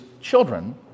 children